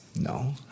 No